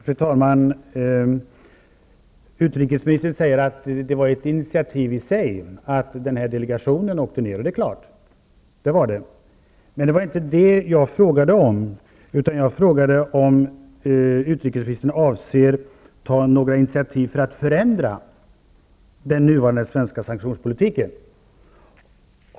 Fru talman! Utrikesministern sade att det var ett initiativ i sig när delegationen åkte ned. Det var det, men det var inte det som jag frågade om. Jag frågade om utrikesministern avser att ta några initiativ för att ändra den nuvarande svenska sanktionspolitiken.